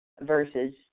versus